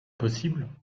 possible